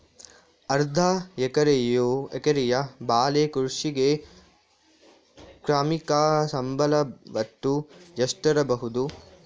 ಅರ್ಧ ಎಕರೆಯ ಬಾಳೆ ಕೃಷಿಗೆ ಕಾರ್ಮಿಕ ಸಂಬಳ ಒಟ್ಟು ಎಷ್ಟಿರಬಹುದು?